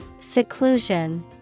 Seclusion